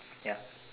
ya